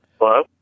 Hello